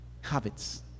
habits